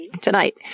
Tonight